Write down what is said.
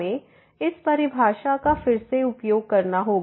हमें इस परिभाषा का फिर से उपयोग करना होगा